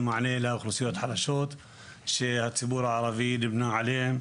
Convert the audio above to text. מענה לאוכלוסיות חלשות שהציבור הערבי נמנה עליהם.